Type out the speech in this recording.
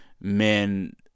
men